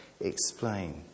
explain